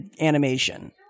animation